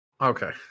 Okay